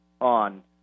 on